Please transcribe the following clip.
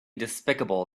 despicable